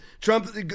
Trump